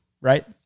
right